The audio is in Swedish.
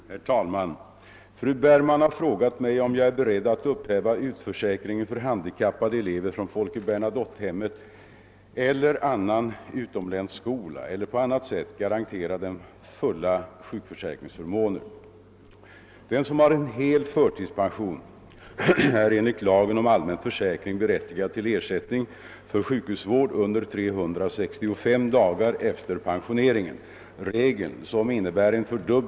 Herr talman! Fru Bergman har frågat mig om jag är beredd att upphäva utförsäkringen för handikappade elever från Folke Bernadottehemmet eller annan utomlänsskola eller på annat sätt garantera dem fulla sjukförsäkringsförmåner.